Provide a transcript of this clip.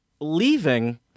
leaving